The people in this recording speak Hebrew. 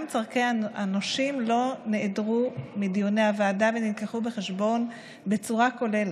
גם צורכי הנושים לא נעדרו מדיוני הוועדה ונלקחו בחשבון בצורה כוללת.